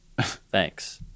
Thanks